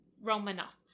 Romanoff